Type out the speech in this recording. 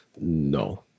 no